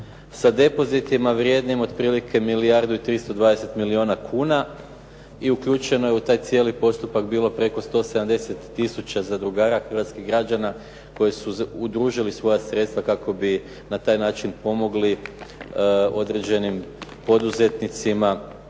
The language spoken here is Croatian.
sa depozitima vrijednim otprilike milijardu i 320 milijuna kuna i uključeno je u taj cijeli postupak bilo preko 170000 zadrugara, hrvatskih građana koji su udružili svoja sredstva kako bi na taj način pomogli određenim poduzetnicima